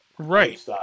right